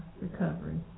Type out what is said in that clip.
recovery